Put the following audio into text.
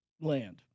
land